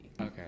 Okay